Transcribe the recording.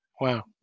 Wow